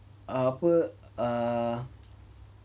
apa err